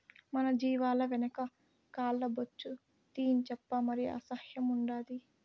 మన జీవాల వెనక కాల్ల బొచ్చు తీయించప్పా మరి అసహ్యం ఉండాలి